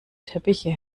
teppiche